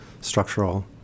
structural